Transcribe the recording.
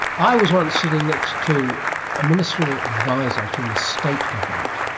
i was once sitting next to a ministerial adviser actually in a state government,